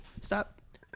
Stop